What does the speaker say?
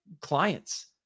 clients